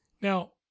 Now